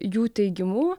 jų teigimu